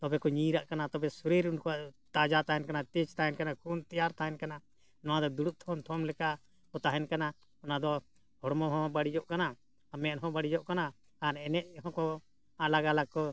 ᱛᱚᱵᱮ ᱠᱚ ᱧᱤᱨᱟᱜ ᱠᱟᱱᱟ ᱛᱚᱵᱮ ᱥᱚᱨᱤᱨ ᱩᱱᱠᱩᱣᱟᱜ ᱛᱟᱡᱟ ᱛᱟᱦᱮᱱ ᱠᱟᱱᱟ ᱛᱮᱡ ᱛᱟᱦᱮᱱ ᱠᱟᱱᱟ ᱠᱷᱩᱱ ᱛᱮᱭᱟᱨ ᱛᱟᱦᱮᱱ ᱠᱟᱱᱟ ᱱᱚᱣᱟ ᱫᱚ ᱫᱩᱲᱩᱵ ᱛᱷᱚᱢ ᱛᱷᱚᱢ ᱞᱮᱠᱟ ᱠᱚ ᱛᱟᱦᱮᱱ ᱠᱟᱱᱟ ᱚᱱᱟ ᱫᱚ ᱦᱚᱲᱢᱚ ᱦᱚᱸ ᱵᱟᱹᱲᱤᱡᱚᱜ ᱠᱟᱱᱟ ᱢᱮᱸᱫ ᱦᱚᱸ ᱵᱟᱹᱲᱤᱡᱚᱜ ᱠᱟᱱᱟ ᱟᱨ ᱮᱱᱮᱡ ᱦᱚᱸᱠᱚ ᱟᱞᱟᱜᱽ ᱟᱞᱟᱜᱽ ᱠᱚ